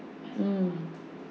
mm